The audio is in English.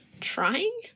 trying